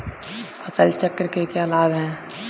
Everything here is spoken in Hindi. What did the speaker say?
फसल चक्र के क्या लाभ हैं?